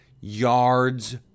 yards